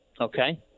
okay